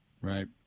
right